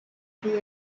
two